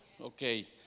Okay